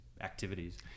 activities